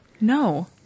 No